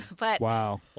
Wow